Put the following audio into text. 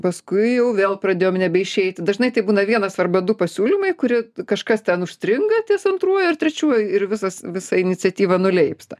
paskui jau vėl pradėjom nebeišeiti dažnai tai būna vienas arba du pasiūlymai kurie kažkas ten užstringa ties antruoju ar trečiuoju ir visas visa iniciatyva nuleipsta